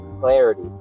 clarity